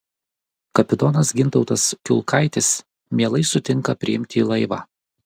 kapitonas gintautas kiulkaitis mielai sutinka priimti į laivą